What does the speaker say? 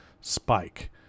Spike